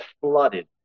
flooded